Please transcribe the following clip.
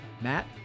Matt